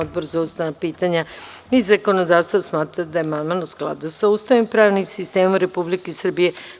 Odbor za ustavna pitanja i zakonodavstvo smatra da je amandman u skladu sa Ustavom i pravnim sistemom Republike Srbije.